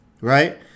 right